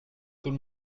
tout